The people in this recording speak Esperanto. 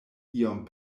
iom